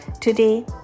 Today